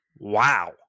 wow